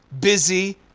busy